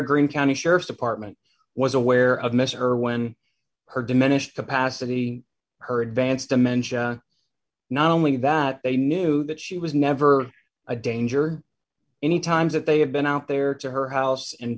green county sheriff's department was aware of mr her when her diminished capacity her advanced dementia not only that they knew that she was never a danger any times that they have been out there to her house and